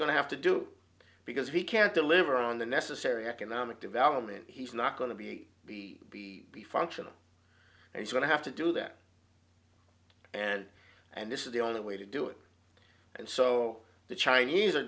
going to have to do because we can't deliver on the necessary economic development he's not going to be the be functional and he's going to have to do that and and this is the only way to do it and so the chinese are